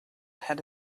had